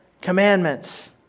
commandments